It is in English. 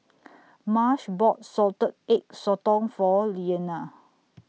Marsh bought Salted Egg Sotong For Iyana